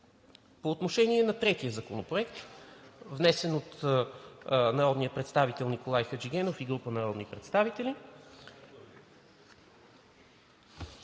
По отношение на третия законопроект, внесен от народния представител Николай Хаджигенов и група народни представители: